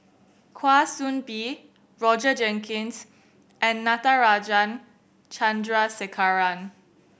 Kwa Soon Bee Roger Jenkins and Natarajan Chandrasekaran